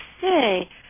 say